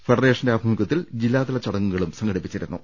ഫെഡറേഷന്റെ ആഭിമുഖ്യത്തിൽ ജില്ലാതല ചടങ്ങുകളും സംഘടിപ്പിച്ചിരുന്നു